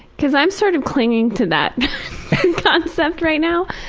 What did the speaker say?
cause i'm sort of clinging to that concept right now.